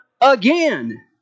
again